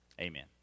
Amen